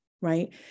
right